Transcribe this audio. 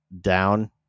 down